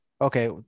Okay